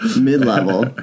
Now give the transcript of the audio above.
mid-level